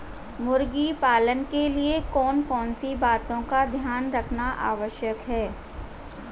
मुर्गी पालन के लिए कौन कौन सी बातों का ध्यान रखना आवश्यक है?